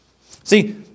See